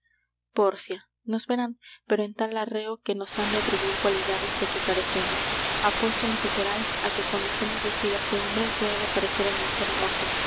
pórcia nos verán pero en tal arreo que nos han de atribuir cualidades de que carecemos apuesto lo que querais á que cuando estemos vestidas de hombre yo he de parecer el mejor